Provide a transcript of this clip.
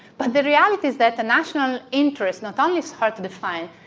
but the reality is that the national interest not only is hard to define